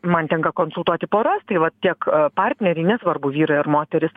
man tenka konsultuoti poras tai va tiek partneriai nesvarbu vyrai ar moterys